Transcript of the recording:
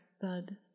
thud